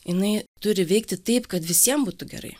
jinai turi veikti taip kad visiem būtų gerai